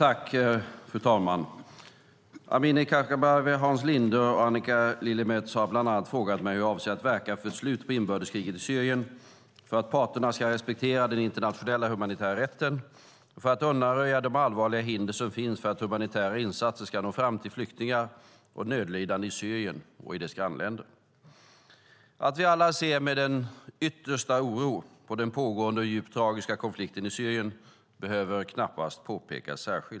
Fru talman! Amineh Kakabaveh, Hans Linde och Annika Lillemets har bland annat frågat mig hur jag avser att verka för ett slut på inbördeskriget i Syrien, för att parterna ska respektera den internationella humanitära rätten och för att undanröja de allvarliga hinder som finns för att humanitära insatser ska nå fram till flyktingar och nödlidande i Syrien och dess grannländer. Att vi alla ser med den yttersta oro på den pågående och djupt tragiska konflikten i Syrien behöver knappast påpekas särskilt.